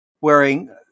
Wearing